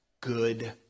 good